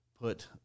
put